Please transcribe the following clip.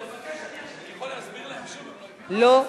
אני יכול להסביר להם, לא,